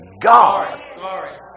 God